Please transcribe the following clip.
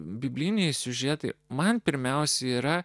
bibliniai siužetai man pirmiausia yra